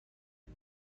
این